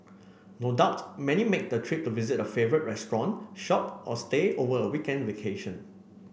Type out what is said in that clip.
no doubt many make the trip to visit a favourite restaurant shop or stay over a weekend vacation